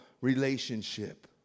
relationship